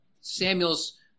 Samuel's